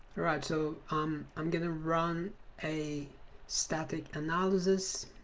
right so um i'm gonna run a static analysis